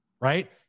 right